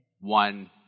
One